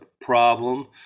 problem